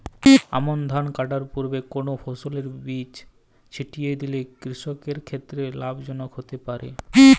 আমন ধান কাটার পূর্বে কোন ফসলের বীজ ছিটিয়ে দিলে কৃষকের ক্ষেত্রে লাভজনক হতে পারে?